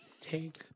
Take